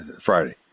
Friday